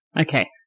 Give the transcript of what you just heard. Okay